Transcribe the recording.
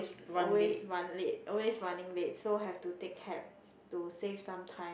always run late always running late so have to take cab to save some time